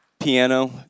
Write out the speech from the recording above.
piano